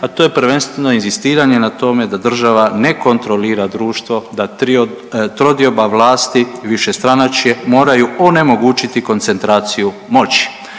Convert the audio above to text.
a to je prvenstveno inzistiranje na tome da država ne kontrolira društvo da trodioba vlasti i višestranačje moraju onemogućiti koncentraciju moći.